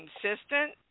consistent